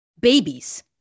Babies